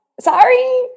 sorry